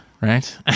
right